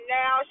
now